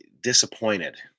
disappointed